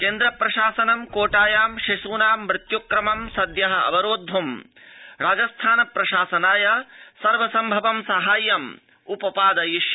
केन्द्र प्रशासनं कोटायां शिशूनां मृत्यु क्रमं सद्य अवरोध् राजस्थान प्रशासनाय सर्वसम्भवं साहाय्यम् उपपादयिष्यति